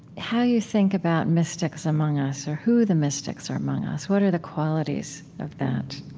how you think about mystics among us, or who the mystics are among us. what are the qualities of that?